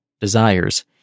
desires